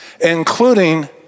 including